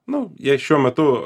nu jie šiuo metu